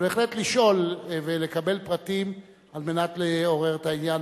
אבל בהחלט לשאול ולקבל פרטים כדי לעורר את העניין.